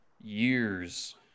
years